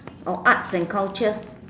or arts and culture